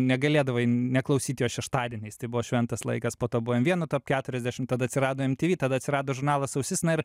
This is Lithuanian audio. negalėdavai neklausyt jo šeštadieniais tai buvo šventas laikas po to buvo m vieno top keturiasdešim tada atsirado mtv tada atsirado žurnalas ausis na ir